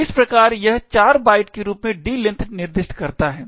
तो इस प्रकार यह 4 बाइट के रूप में d length निर्दिष्ट करता है